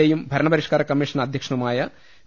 A യും ഭരണപരിഷ്കരണ commission അധ്യക്ഷനുമായ വി